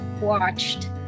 watched